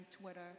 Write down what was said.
Twitter